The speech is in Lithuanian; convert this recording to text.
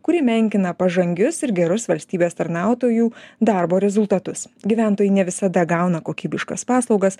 kuri menkina pažangius ir gerus valstybės tarnautojų darbo rezultatus gyventojai ne visada gauna kokybiškas paslaugas